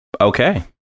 Okay